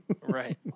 Right